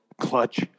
clutch